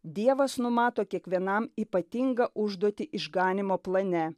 dievas numato kiekvienam ypatingą užduotį išganymo plane